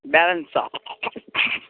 பேலன்சா